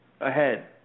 ahead